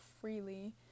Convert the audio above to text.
freely